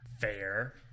Fair